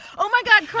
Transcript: oh, my god.